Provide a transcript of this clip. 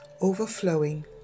overflowing